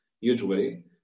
usually